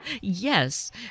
Yes